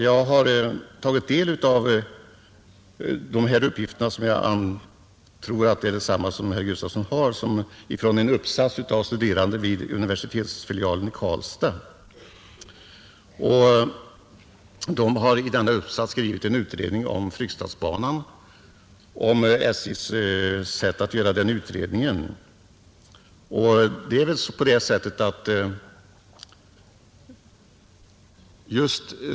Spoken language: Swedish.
Jag har fått dessa uppgifter — jag tror att det är samma uppgifter som herr Gustafson i Göteborg återgav — från en uppsats av studerande vid universitetsfilialen i Karlstad, I denna uppsats redovisades en granskning av SJ:s utredning rörande Fryksdalsbanan.